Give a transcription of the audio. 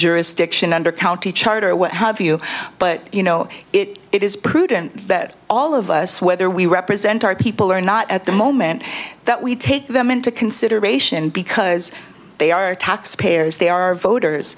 jurisdiction under county charter or what have you but you know it is prudent that all of us whether we represent our people or not at the moment that we take them into consideration because they are taxpayers they are voters